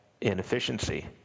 inefficiency